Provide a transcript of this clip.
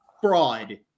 fraud